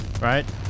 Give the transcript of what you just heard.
right